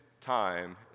time